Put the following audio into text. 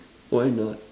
why not